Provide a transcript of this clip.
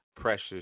precious